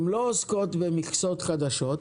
הן לא עוסקות במכסות חדשות,